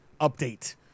update